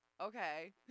okay